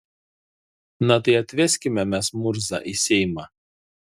na tai atveskime mes murzą į seimą